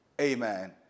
amen